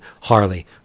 Harley